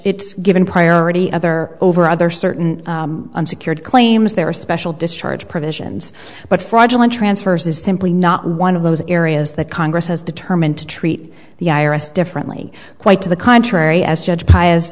it's given priority other over other certain unsecured claims there are special discharge provisions but fraudulent transfers is simply not one of those areas that congress has determined to treat the i r s differently quite to the contrary as judge p